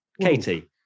Katie